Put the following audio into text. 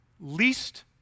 least